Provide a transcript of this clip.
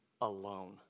alone